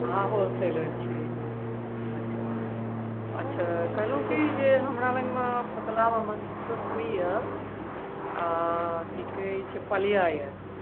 अहाँ होलसेलर छी अच्छा अच्छा कहलहुँ की जे हमरा लगमे पतलामे मसूरी यऽ आ की कहैत छै पलीया यऽ